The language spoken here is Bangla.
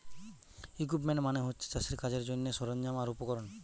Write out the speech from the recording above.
ইকুইপমেন্ট মানে হচ্ছে চাষের কাজের জন্যে সরঞ্জাম আর উপকরণ